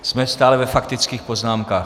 Jsme stále ve faktických poznámkách.